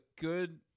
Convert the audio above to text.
good